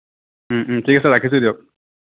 ঠিক আছে ৰাখিছো দিয়ক